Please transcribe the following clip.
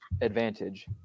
advantage –